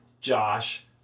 Josh